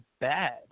bad